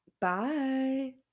Bye